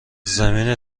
زمین